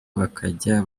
bakajya